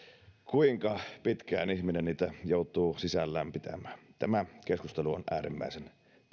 kuinka pitkään ihminen niitä joutuu sisällään pitämään tämä keskustelu on äärimmäisen tärkeä